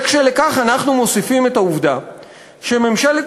וכשלכך אנחנו מוסיפים את העובדה שממשלת